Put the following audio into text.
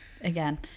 Again